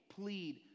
plead